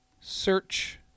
search